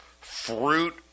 fruit